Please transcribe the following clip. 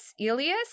Elias